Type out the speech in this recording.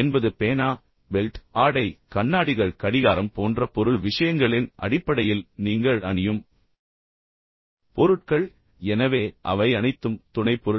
என்பது பேனா பெல்ட் ஆடை கண்ணாடிகள் கடிகாரம் போன்ற பொருள் விஷயங்களின் அடிப்படையில் நீங்கள் அணியும் பொருட்கள் எனவே அவை அனைத்தும் துணைப்பொருட்கள்